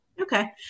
Okay